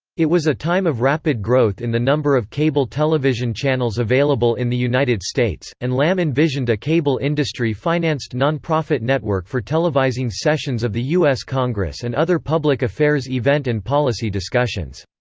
it was a time of rapid growth in the number of cable television channels available in the united states, and lamb envisioned a cable-industry financed nonprofit network for televising sessions of the u s. congress and other public affairs event and policy discussions.